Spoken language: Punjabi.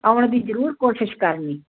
ਆਉਣ ਦੀ ਜ਼ਰੂਰ ਕੋਸ਼ਿਸ਼ ਕਰਨੀ